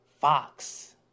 Fox